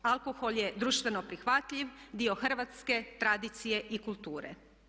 Alkohol je društveno prihvatljiv, dio hrvatske tradicije i kulture.